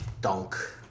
Dunk